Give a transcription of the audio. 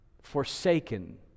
forsaken